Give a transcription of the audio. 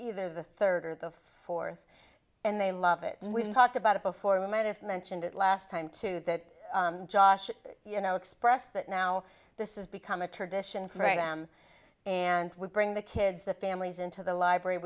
either the third or the fourth and they love it and we've talked about it before we met if mentioned it last time too that josh you know express that now this is become a tradition for am and we bring the kids the families into the library